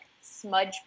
smudge